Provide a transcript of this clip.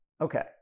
Okay